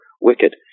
wicked